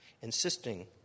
insisting